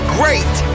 great